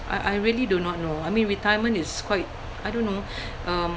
I I really do not know I mean retirement is quite I don't know um